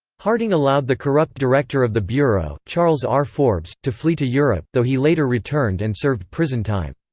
harding allowed the corrupt director of the bureau, charles r. forbes, to flee to europe, though he later returned and served prison time.